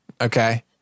okay